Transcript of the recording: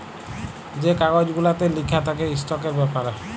যে কাগজ গুলাতে লিখা থ্যাকে ইস্টকের ব্যাপারে